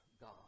God